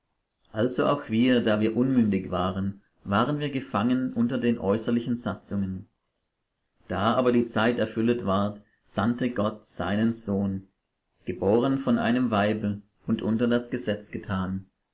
also auch wir da wir unmündig waren waren wir gefangen unter den äußerlichen satzungen da aber die zeit erfüllet ward sandte gott seinen sohn geboren von einem weibe und unter das gesetz getan